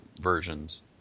versions